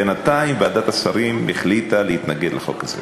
בינתיים, ועדת השרים החליטה להתנגד לחוק הזה,